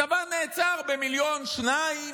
צבא נעצר במיליון, שניים.